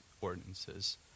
ordinances